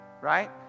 Right